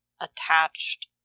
attached